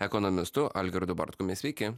ekonomistu algirdu bartkumi sveiki